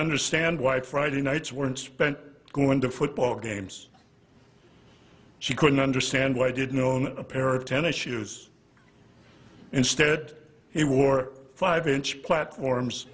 understand why friday nights weren't spent going to football games she couldn't understand why didn't own a pair of tennis shoes instead he wore five inch platforms